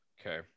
Okay